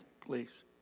please